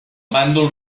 bàndol